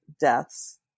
deaths